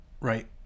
right